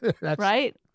right